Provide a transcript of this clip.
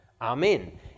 Amen